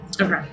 Okay